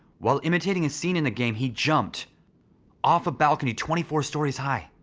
while imitating a scene in the game, he jumped off a balcony, twenty four stories high,